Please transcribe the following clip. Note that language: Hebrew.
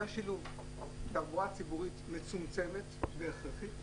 זה היה שילוב תחבורה ציבורית מצומצמת והכרחית,